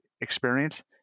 experience